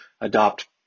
adopt